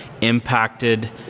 impacted